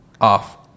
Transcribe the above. off